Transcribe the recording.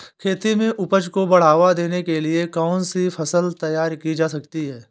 खेती में उपज को बढ़ावा देने के लिए कौन सी फसल तैयार की जा सकती है?